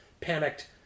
panicked